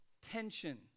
tension